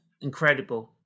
Incredible